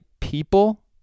people